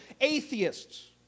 atheists